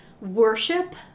worship